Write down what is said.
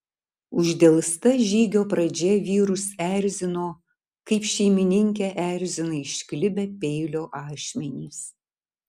uždelsta žygio pradžia vyrus erzino kaip šeimininkę erzina išklibę peilio ašmenys